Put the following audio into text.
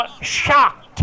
Shocked